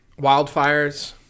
wildfires